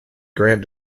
grant